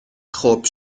خوب